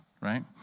right